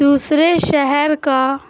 دوسرے شہر کا